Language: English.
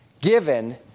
given